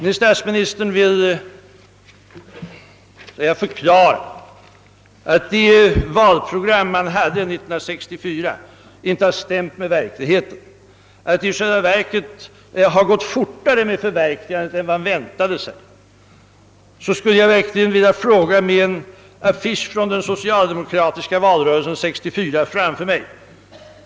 När statsministern förklarade att det valprogram socialdemokraterna hade 1964 inte stred mot verkligheten utan att det i själva verket gått fortare med förverkligandet än väntat, vill jag hänvisa till en affisch som jag har framför mig från den socialdemokratiska valrörelsen 1964.